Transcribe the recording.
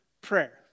prayer